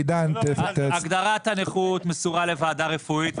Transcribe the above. הגדרת הנכות מסורה לוועדה רפואית,